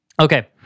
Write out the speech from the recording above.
Okay